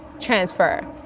transfer